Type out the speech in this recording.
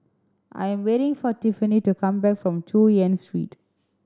I am waiting for Tiffany to come back from Chu Yen Street